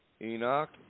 Enoch